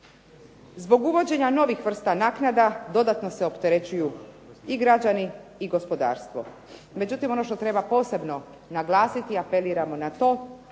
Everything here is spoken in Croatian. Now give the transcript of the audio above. Zbog uvođenja novih vrsta naknada dodatno se opterećuju i građani i gospodarstvo. Međutim ono što treba posebno naglasiti, apeliramo na to,